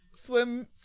swim